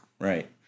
Right